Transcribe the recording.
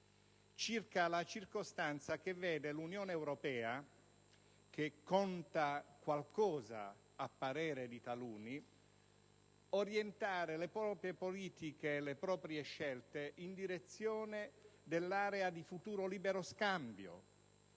circa la circostanza che vede l'Unione europea, che conta qualcosa, a parere di taluni, orientare le proprie politiche e le proprie scelte in direzione dell'area di futuro libero scambio,